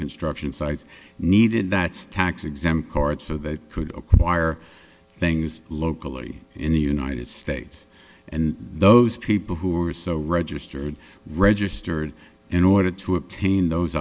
construction sites needed that's tax exempt card so they could acquire things locally in the united states and those people who are so registered registered in order to obtain those